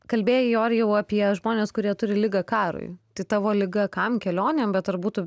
kalbėjai orijau apie žmones kurie turi ligą karui tai tavo liga kam kelionėm bet ar būtų